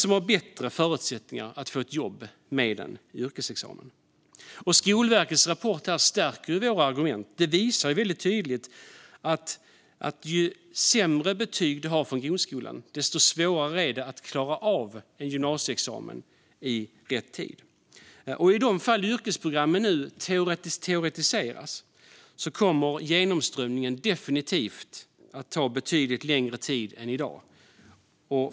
De har bättre förutsättningar att få ett jobb med en yrkesexamen. Skolverkets rapport stärker våra argument. Den visar väldigt tydligt att ju sämre betyg man har från grundskolan, desto svårare är det att klara av en gymnasieexamen i rätt tid. Om yrkesprogrammen nu teoretiseras kommer genomströmningen definitivt att ta betydligt längre tid än i dag.